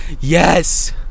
Yes